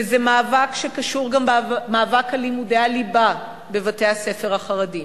וזה מאבק שקשור גם במאבק על לימודי הליבה בבתי-הספר החרדיים.